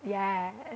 yes